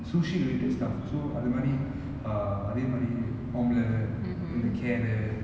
sushi related stuff so அதுமாரி:athumaari uh அதேமாரி:athemaari omelette இந்த:intha carrot